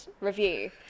review